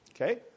Okay